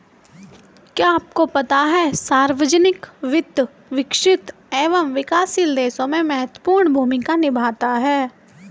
क्या आपको पता है सार्वजनिक वित्त, विकसित एवं विकासशील देशों में महत्वपूर्ण भूमिका निभाता है?